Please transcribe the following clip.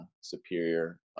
superior